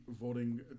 voting